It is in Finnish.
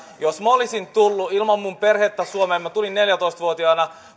jos minä olisin tullut ilman minun perhettäni suomeen minä tulin neljätoista vuotiaana